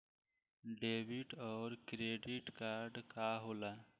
Debit और credit card का होला?